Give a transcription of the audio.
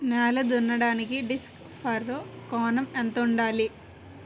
నేల దున్నడానికి disc furrow కోణం ఎంత ఉండాలి?